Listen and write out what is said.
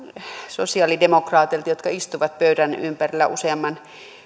sosiaalidemokraateilta jotka istuivat pöydän ympärillä useamman